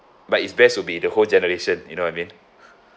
but it's best would be the whole generation you know what I mean